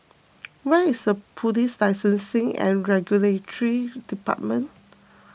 where is the Police Licensing and Regulatory Department